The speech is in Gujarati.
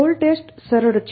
ગોલ ટેસ્ટ સરળ છે